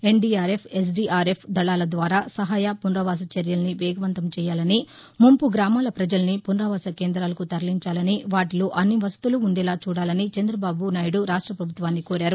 NDRF SDRF దళాల ద్వారా సహాయ పునరావాస చర్యల్ని వేగవంతం చేయాలని ముంపు గ్రామాల ప్రజల్ని పునరావాస కేంద్రాలకు తరలించాలని వాటిలో అన్ని వసతులు ఉండేలా చూడాలని రాష్టపభుత్వాన్ని కోరారు